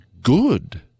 good